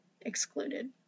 excluded